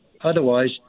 Otherwise